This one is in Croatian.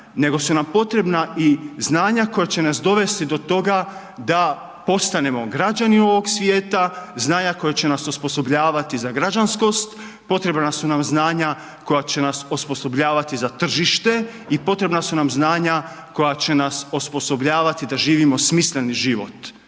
nego su nam potrebna i znanja koja će nas dovesti do toga da postanemo građani ovog svijeta, znanja koje će nas osposobljavati za građanskost, potrebna su nam znanja koje će nas osposobljavati za tržište i potrebna su nam znanja koje će nas osposobljavati da živimo smisleni život.